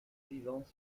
vivants